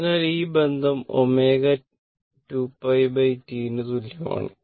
അതിനാൽ ഈ ബന്ധം ω π 2πT ന് തുല്യമാണ്